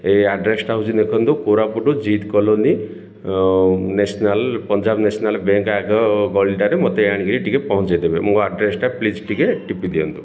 ଏଇ ଆଡ୍ରେସଟା ହେଉଛି ଦେଖନ୍ତୁ କୋରାପୁଟୁ ଜିଦ୍ colony national Punjab national bank ଆଗ ଗଳିଟାରେ ମୋତେ ଆଣିକରି ଟିକେ ପହଞ୍ଚେଇ ଦେବେ ମୋ ଆଡ୍ରେସଟା ପ୍ଲିଜ୍ ଟିକେ ଟିପି ଦିଅନ୍ତୁ